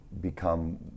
become